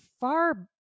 far